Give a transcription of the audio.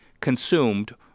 consumed